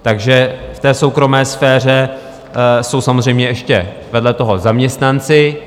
Takže v soukromé sféře jsou samozřejmě ještě vedle toho zaměstnanci.